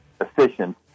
efficient